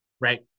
right